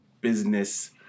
business